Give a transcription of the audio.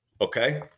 Okay